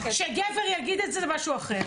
כשגבר יגיד את זה זה משהו אחר.